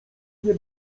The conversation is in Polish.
nie